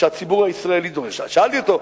שאלתי אותו,